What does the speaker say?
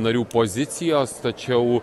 narių pozicijos tačiau